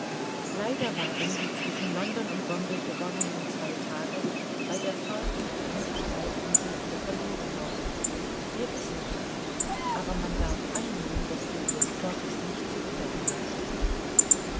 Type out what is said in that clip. leider waren die zwischen london und bombay gewonnenen zwei tage bei der fahrt durch die indische halbinsel wieder verloren worden wir wissen wie aber man darf annehmen daß phileas fogg es nicht zu bedauern hatte